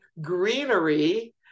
greenery